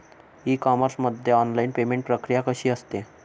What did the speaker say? E commerce मध्ये online payment प्रक्रिया कशी असते?